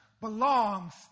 belongs